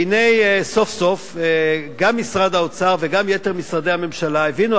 והנה סוף-סוף גם משרד האוצר וגם יתר משרדי הממשלה הבינו,